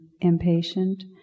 impatient